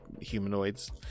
humanoids